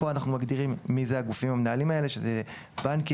פה אנחנו מגדירים מי הם הגופים המנהלים האלה: בנקים,